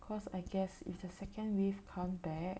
cause I guess if the second wave come back